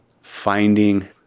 finding